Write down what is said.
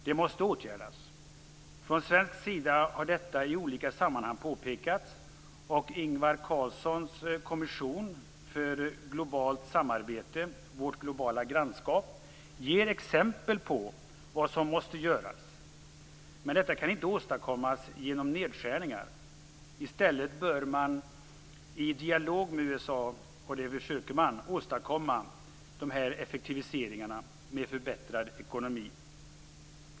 Det måste åtgärdas. Från svensk sida har detta påpekats i olika sammanhang, och Ingvar Carlssons kommission för globalt samarbete, Vårt globala grannskap, ger exempel på vad som måste göras. Men detta kan inte åstadkommas genom nedskärningar. I stället bör man i dialog med USA - och det försöker man - åstadkomma effektiviseringar med förbättrad ekonomi.